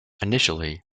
initially